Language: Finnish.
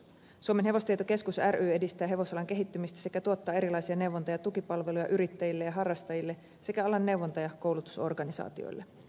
suomen hevostietokeskus ry edistää hevosalan kehittymistä sekä tuottaa erilaisia neuvonta ja tukipalveluja yrittäjille ja harrastajille sekä alan neuvonta ja koulutusorganisaatioille